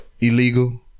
illegal